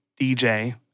DJ